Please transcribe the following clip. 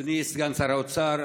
אדוני סגן שר האוצר,